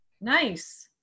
Nice